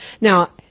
Now